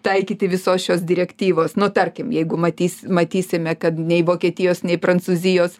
taikyti visos šios direktyvos nu tarkim jeigu matys matysime kad nei vokietijos nei prancūzijos